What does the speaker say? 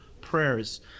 prayers